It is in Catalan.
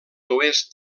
oest